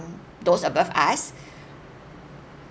those above us